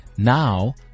Now